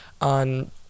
on